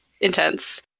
intense